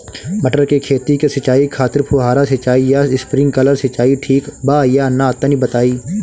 मटर के खेती के सिचाई खातिर फुहारा सिंचाई या स्प्रिंकलर सिंचाई ठीक बा या ना तनि बताई?